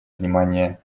внимание